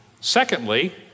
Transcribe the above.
Secondly